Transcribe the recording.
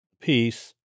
peace